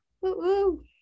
Woo